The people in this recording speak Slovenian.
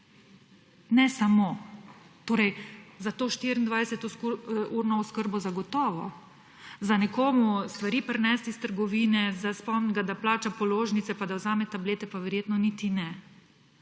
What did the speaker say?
ne samo; torej za to 24-urno oskrbo zagotovo. Za nekomu stvari prinesti iz trgovine, za spomniti, da plača položnice pa da vzame tablete, pa verjetno niti ne.